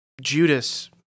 Judas